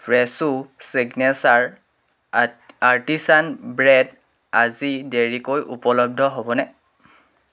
ফ্ৰেছো signature art artisan bread আজি দেৰিকৈ উপলব্ধ হ'বনে